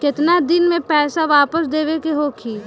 केतना दिन में पैसा वापस देवे के होखी?